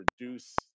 reduce